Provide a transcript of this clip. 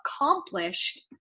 accomplished